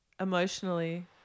emotionally